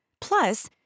Plus